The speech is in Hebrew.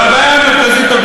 אבל הבעיה המרכזית,